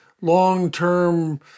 long-term